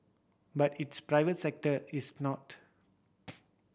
but its private sector is not